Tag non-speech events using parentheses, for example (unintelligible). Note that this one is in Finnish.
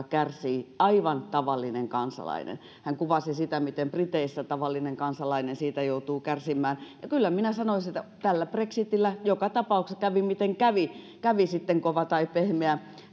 (unintelligible) kärsii aivan tavallinen kansalainen hän kuvasi sitä miten briteissä tavallinen kansalainen siitä joutuu kärsimään ja kyllä minä sanoisin että tällä brexitillä joka tapauksessa kävi miten kävi kävi sitten kova tai pehmeä